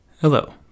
Hello